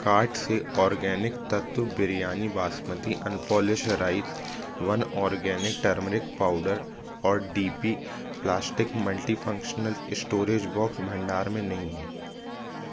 cart से organic Tattva biryani basmati unpolished rice one organic turmeric powder और D P plastic multifunctional storage box भंडार में नहीं हैं